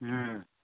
ꯎꯝ